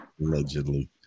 Allegedly